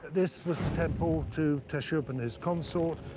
this was the temple to teshub and his consort.